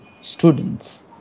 students